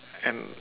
and